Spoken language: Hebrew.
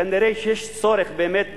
כנראה יש צורך באמת בשינוי,